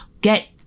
get